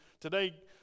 today